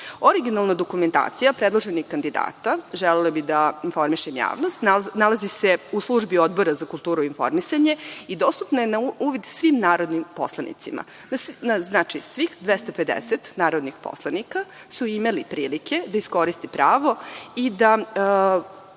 valjan. Originalna dokumentacija predloženih kandidata, želela bih da informišem javnost, nalazi se u službi Odbora za kulturu i informisanje i dostupna je na uvid svim narodnim poslanicima. Znači, svih 250 narodnih poslanika su imali prilike da iskoriste pravo i bili